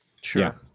Sure